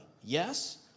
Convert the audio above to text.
Yes